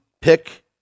pick